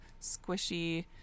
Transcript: squishy